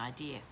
idea